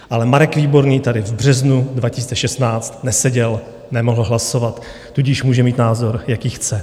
Ale Marek Výborný tady v březnu 2016 neseděl, nemohl hlasovat, tudíž může mít názor, jaký chce.